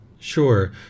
Sure